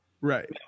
Right